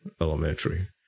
Elementary